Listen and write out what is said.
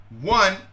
One